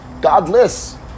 godless